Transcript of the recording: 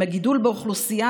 עם הגידול באוכלוסייה,